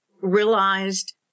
realized